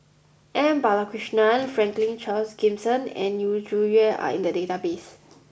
M Balakrishnan Franklin Charles Gimson and Yu Zhuye are in the database